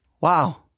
Wow